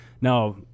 Now